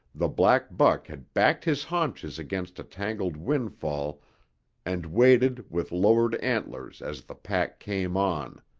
the black buck had backed his haunches against a tangled windfall and waited with lowered antlers as the pack came on.